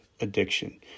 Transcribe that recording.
addiction